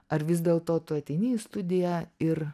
ar vis dėlto tu ateini į studiją ir